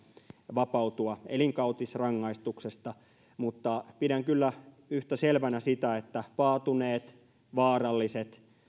vapautua elinkautisrangaistuksesta mutta pidän kyllä yhtä selvänä sitä että paatuneet vaaralliset